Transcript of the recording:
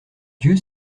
dieu